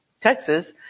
Texas